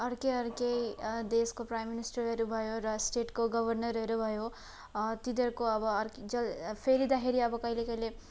अर्कै अर्कै देशको प्राइम मिनिस्टरहरू भयो र स्टेटको गवर्नरहरू भयो तिनीहरूको अब अर्की जल फेरिँदाखेरि अब कहिले कहिले